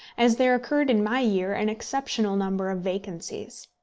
as there occurred in my year an exceptional number of vacancies.